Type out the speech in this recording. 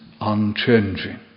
unchanging